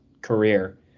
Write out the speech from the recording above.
career